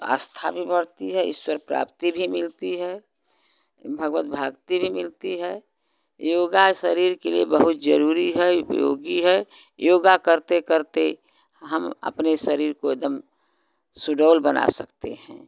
आस्था भी बढ़ती है ईश्वर प्राप्ति भी मिलती है भगवत भगवती भी मिलती है योग शरीर के लिए बहुत जरूरी है योगी है योग करते करते हम अपने शरीर को एकदम सुडौल बना सकते हैं